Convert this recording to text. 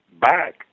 back